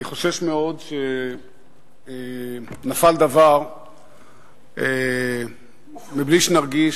אני חושש מאוד שנפל דבר מבלי שנרגיש,